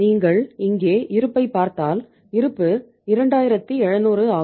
நீங்கள் இங்கே இருப்பைப் பார்த்தால் இருப்பு 2700 ஆகும்